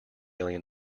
alien